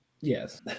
Yes